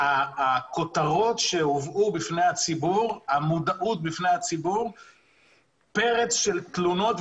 הכותרות והמודעות שהובאו הציבור הביאו לפרץ של תלונות,